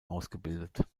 ausgebildet